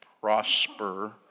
prosper